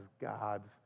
God's